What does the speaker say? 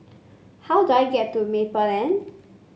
how do I get to Maple Lane